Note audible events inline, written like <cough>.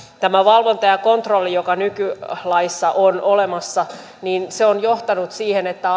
tämä valvonta ja kontrolli joka nykylaissa on olemassa on johtanut siihen että <unintelligible>